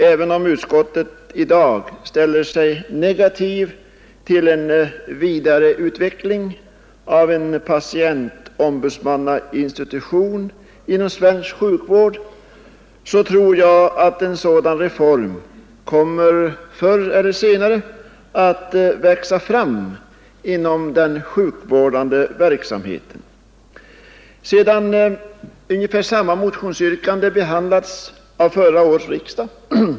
Även om utskottet i dag ställer sig negativt till en vidareutveckling av en patientombudsmannainstitution inom svensk sjukvård tror jag att en sådan reform förr eller senare kommer att växa fram inom den sjukvårdande verksamheten. Ungefär samma motionsyrkande behandlades av förra årets riksdag.